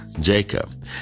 jacob